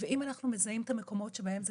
ואם אנחנו מזהים את המקומות שבהם זה